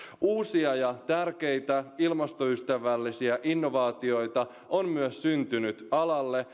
uusia ja tärkeitä ilmastoystävällisiä innovaatioita on myös syntynyt alalle